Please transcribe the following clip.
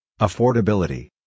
Affordability